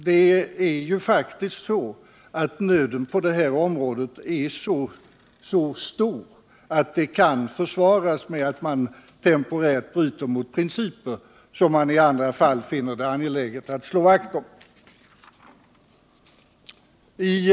Det är dock faktiskt så att nöden på detta område är så stor att man kan försvara att vi temporärt bryter mot principer som man i andra fall finner det angeläget att slå vakt om.